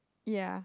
ya